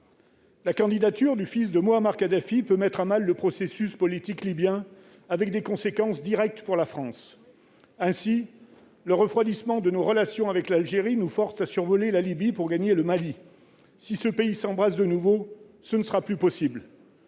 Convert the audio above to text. La candidature du fils de Mouammar Kadhafi peut mettre à mal le processus politique libyen. Avec des conséquences directes pour la France. Ainsi, le refroidissement de nos relations avec l'Algérie nous force à survoler la Libye pour gagner le Mali ; si ce pays s'embrase de nouveau, cela ne sera plus possible.